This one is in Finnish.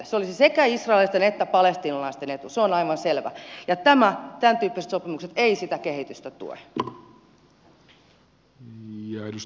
se olisi sekä israelilaisten että palestiinalaisten etu se on aivan selvä ja tämäntyyppiset sopimukset eivät sitä kehitystä tue